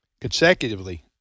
consecutively